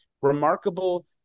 remarkable